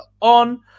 on